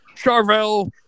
Charvel